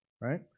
right